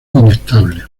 inestable